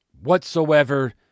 Whatsoever